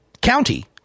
county